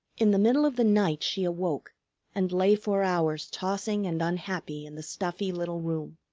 in the middle of the night she awoke and lay for hours tossing and unhappy in the stuffy little room.